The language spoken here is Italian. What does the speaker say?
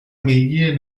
media